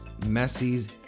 Messi's